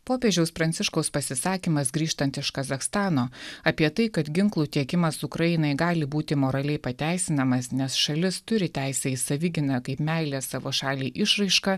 popiežiaus pranciškaus pasisakymas grįžtant iš kazachstano apie tai kad ginklų tiekimas ukrainai gali būti moraliai pateisinamas nes šalis turi teisę į savigyną kaip meilės savo šalį išraišką